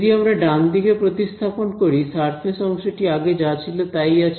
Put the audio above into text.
যদি আমরা ডানদিকে প্রতিস্থাপন করি সারফেস অংশটি আগে যা ছিল তাই আছে